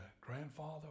grandfather